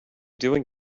doing